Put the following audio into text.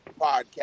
podcast